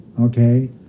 okay